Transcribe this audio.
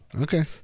Okay